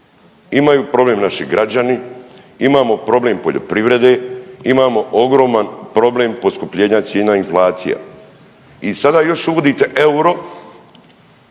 imaju problem naši građani, imamo problem poljoprivrede, imamo ogroman problem poskupljenja cijena inflacija. I sada još uvodite euro